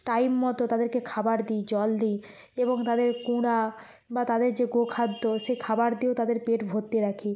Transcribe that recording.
time মতো তাদেরকে খাবার দিই জল দিই এবং তাদের কুঁড়া বা তাদের যে গো খাদ্য সে খাবার দিয়েও তাদের পেট ভর্তি রাখি